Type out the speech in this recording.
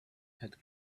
had